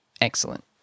excellent